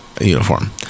Uniform